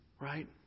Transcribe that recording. Right